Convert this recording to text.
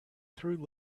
through